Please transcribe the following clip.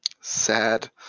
Sad